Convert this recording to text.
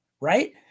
right